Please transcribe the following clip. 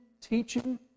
teaching